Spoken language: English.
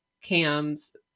cams